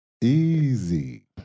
Easy